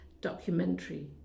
documentary